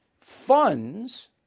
funds